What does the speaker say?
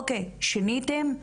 אוקיי, שיניתם?